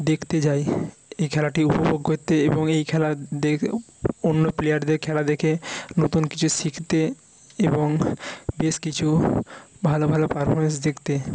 দেখতে যাই এই খেলাটি উপভোগ করতে এবং এই খেলা দেখেও অন্য প্লেয়ারদের খেলা দেখে নতুন কিছু শিখতে এবং বেশ কিছু ভালো ভালো পারফরম্যান্স দেখতে